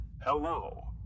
hello